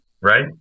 right